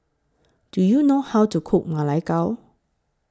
Do YOU know How to Cook Ma Lai Gao